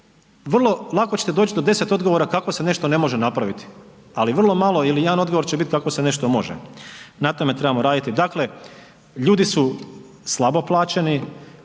vrlo lako ćete doći do 10 odgovora kako se nešto ne može napraviti, ali vrlo malo ili jedan odgovor će biti kako se nešto može. Na tome trebamo raditi. Dakle, ljudi su slabo plaćeni,